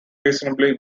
reasonably